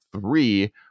three